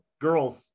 girls